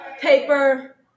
paper